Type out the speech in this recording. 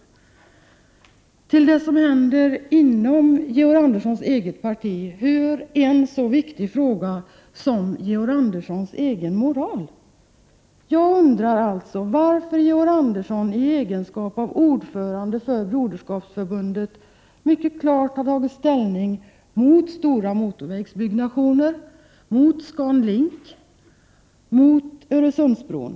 Till det som gäller Georg Anderssons eget parti hör en så viktig fråga som Georg Anderssons egen moral. I egenskap av ordförande för Broderskapsrörelsen tog Georg Andersson alltså mycket klart ställning mot stora motorvägsbyggnationer, mot Scan Link och mot Öresundsbron.